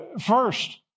First